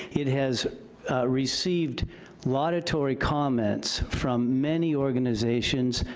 it has received laudatory comments from many organizations,